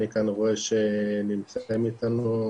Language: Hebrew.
אני כאן רואה שנמצאים איתנו,